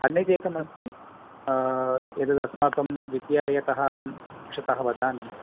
अन्यदेकम् अस्ति एतदस्माकं विद्यालयतः अहं पक्षतः वदामि